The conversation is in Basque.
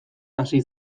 hasi